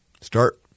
Start